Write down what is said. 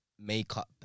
makeup